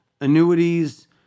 annuities